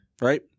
right